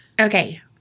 Okay